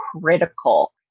critical